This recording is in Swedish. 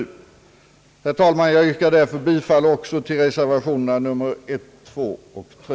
Herr talman! Jag yrkar därför bifall också till reservationerna I, II och II.